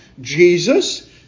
Jesus